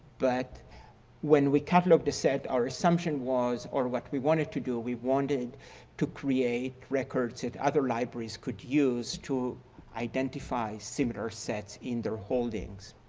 but when we catalogued the set our assumption was or what we wanted to do, we wanted to create records that other libraries could use to identify similar sets in their holdings.